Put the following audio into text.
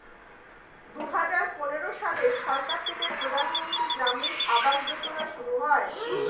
দুহাজার পনেরো সালে সরকার থেকে প্রধানমন্ত্রী গ্রামীণ আবাস যোজনা শুরু হয়